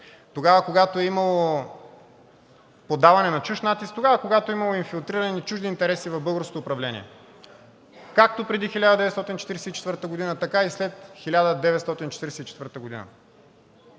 тогава, когато е имало поддаване на чужд натиск, тогава, когато е имало инфилтрирани чужди интереси в българското управление, както преди 1944 г., така и след 1944 г.